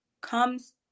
comes